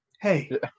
Hey